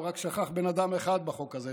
הוא רק שכח בן אדם אחד בחוק הזה,